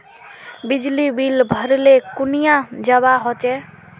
बिजली बिल भरले कुनियाँ जवा होचे?